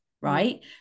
right